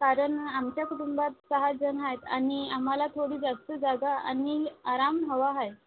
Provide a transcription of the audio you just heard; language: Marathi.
कारण आमच्या कुटुंबात सहाजण आहेत आणि आम्हाला थोडी जास्त जागा आणि आराम हवा हाय